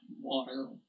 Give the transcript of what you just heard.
water